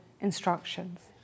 instructions